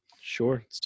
Sure